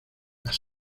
las